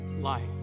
life